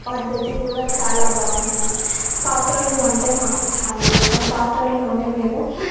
పద్ధతి కూడా చాలా బాగుంటుంది పాత్రలు అంటే మాకు చాలా ఇష్టం పాత్రల్లోనే మేము